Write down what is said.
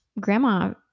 grandma